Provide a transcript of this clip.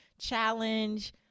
challenge